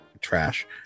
trash